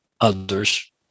others